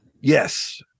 yes